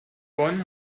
bonn